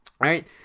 Right